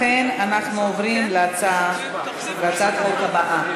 לכן אנחנו עוברים להצעת החוק הבאה.